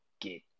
get